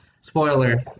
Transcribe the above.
spoiler